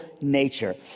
nature